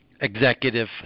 executive